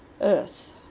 earth